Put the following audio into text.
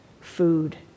food